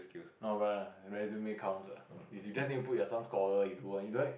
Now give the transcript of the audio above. no lah but resumes count lah if you just need to put your some scholar into you don't